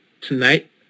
tonight